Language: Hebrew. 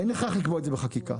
אין הכרח לקבוע את זה בחקיקה.